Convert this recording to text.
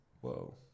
Whoa